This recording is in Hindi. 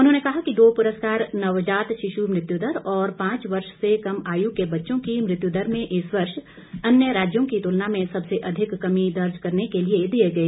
उन्होंने कहा कि दो पुरस्कार नवजात शिशु मृत्यु दर और पांच वर्ष से कम आयु के बच्चों की मृत्युदर में इस वर्ष अन्य राज्यों की तुलना में सबसे अधिक कमी दर्ज करने के लिए दिए गए